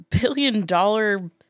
billion-dollar